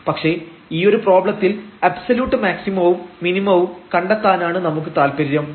പക്ഷേ ഈ ഒരു പ്രോബ്ലത്തിൽ അബ്സല്യൂട്ട് മാക്സിമവും മിനിമവും കണ്ടെത്താനാണ് നമുക്ക് താൽപര്യം